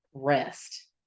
Rest